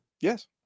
Yes